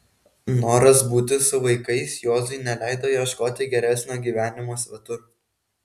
noras būti su vaikais juozui neleido ieškoti geresnio gyvenimo svetur